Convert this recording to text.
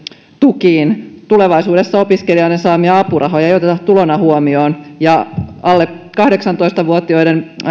tukiin tulevaisuudessa opiskelijoiden saamia apurahoja ei oteta tulona huomioon ja alle kahdeksantoista vuotiaiden opiskelijoiden